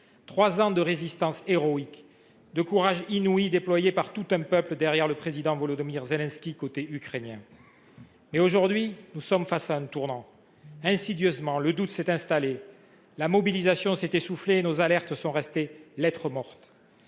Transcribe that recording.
Trois ans de résistance héroïque, de courage inouï déployé par tout un peuple derrière le président Volodymyr Zelensky, du côté ukrainien. Mais, aujourd’hui, nous sommes face à un tournant. Insidieusement, le doute s’est installé, la mobilisation s’est essoufflée et nos alertes sont restées lettre morte.